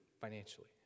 financially